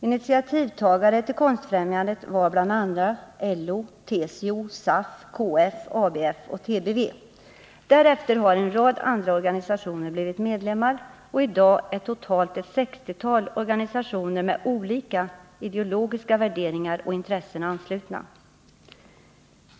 Initiativtagare till Konstfrämjandet var bl.a. LO,, TCO, SAF, KF, ABF och TBV. Därefter har en rad andra organisationer blivit medlemmar, och i dag är totalt ett sextiotal organisationer med olika ideologiska värderingar och intressen anslutna.